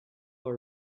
our